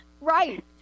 Right